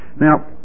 Now